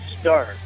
start